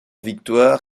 victoire